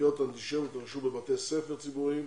תקריות אנטישמיות בבתי ספר ציבוריים,